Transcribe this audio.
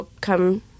come